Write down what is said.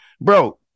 Bro